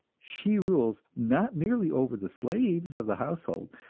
she rules, not merely over the slaves of the household,